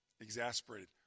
exasperated